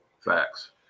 Facts